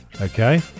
Okay